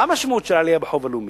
מה המשמעות של עלייה בחוב הלאומי?